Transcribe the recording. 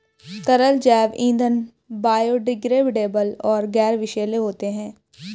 तरल जैव ईंधन बायोडिग्रेडेबल और गैर विषैले होते हैं